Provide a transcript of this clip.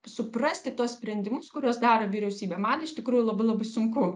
suprasti tuos sprendimus kuriuos daro vyriausybė man iš tikrųjų labai sunku